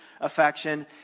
affection